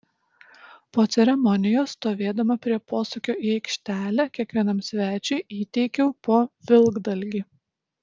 po ceremonijos stovėdama prie posūkio į aikštelę kiekvienam svečiui įteikiau po vilkdalgį